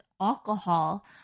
alcohol